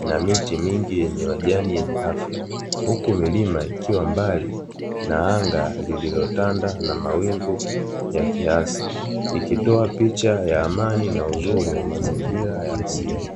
na miti mingi yenye majani yenye afya, huku milima, ikiwa mbali na anga lililotanda na mawingu ya kiasi ikitoa picha ya amani na uzuri wa mazingira ya asili.